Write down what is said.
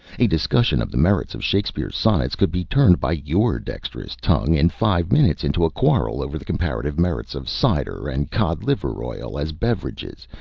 a discussion of the merits of shakespeare's sonnets could be turned by your dexterous tongue in five minutes into a quarrel over the comparative merits of cider and cod-liver oil as beverages,